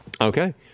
Okay